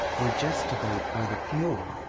we're just about out of fuel.